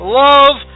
love